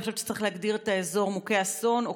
אני חושבת שצריך להגדיר את האזור "מוכה אסון" או